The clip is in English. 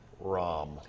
Rom